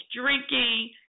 drinking